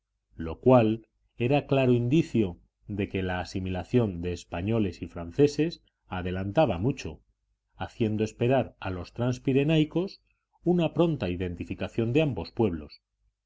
lo cual era claro indicio de que la asimilación de españoles y franceses adelantaba mucho haciendo esperar a los transpirenaicos una pronta identificación de ambos pueblos